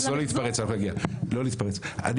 שנייה, לא להתפרץ, אנחנו נגיע.